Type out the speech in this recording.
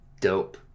Dope